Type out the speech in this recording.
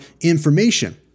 information